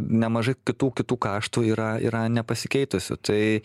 nemažai kitų kitų kaštų yra yra nepasikeitusių tai